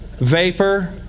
vapor